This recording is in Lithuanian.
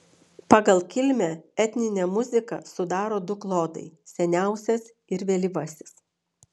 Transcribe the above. pagal kilmę etninę muziką sudaro du klodai seniausias ir vėlyvasis